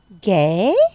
gay